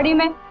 and man